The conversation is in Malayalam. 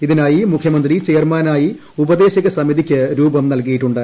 ഇതിനായി മുഖ്യമന്ത്രി ചെയർമാനായി ഉപദേശക സമിതിയ്ക്ക് രൂപം നൽകിയിട്ടുണ്ട്